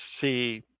see